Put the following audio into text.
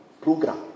program